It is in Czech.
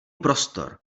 prostor